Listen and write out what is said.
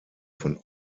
von